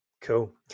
Cool